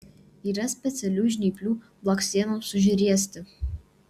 yra specialių žnyplių blakstienoms užriesti